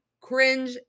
cringe